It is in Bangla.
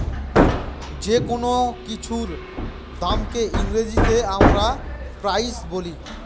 যেকোনো কিছুর দামকে ইংরেজিতে আমরা প্রাইস বলি